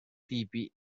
tipi